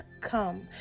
come